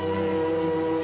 or